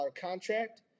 contract